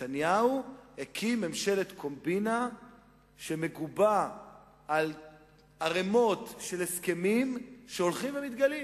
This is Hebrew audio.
נתניהו הקים ממשלת קומבינה שמגובה בערימות של הסכמים שהולכים ומתגלים.